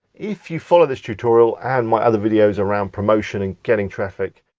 if you follow this tutorial and my other videos around promotion and getting traffic,